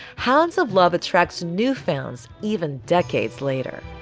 hounds of love attracts new fans even decades later.